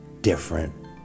different